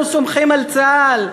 אנחנו סומכים על צה"ל,